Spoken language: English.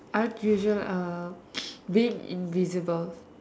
art usual uh big invisible